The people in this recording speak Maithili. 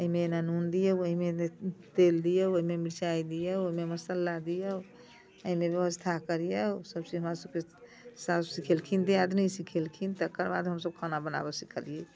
एहिमे एना नून दियौ एहिमे तेल दियौ एहिमे मिरचाइ दियौ एहिमे मसल्ला दियौ एहिमे व्यवस्था करियौ सब चीज हमरा सबके साउस सीखेलखिन दियादनी सीखेलखिन तकर बाद हमसब खाना बनाबऽ सीखलियै